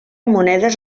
monedes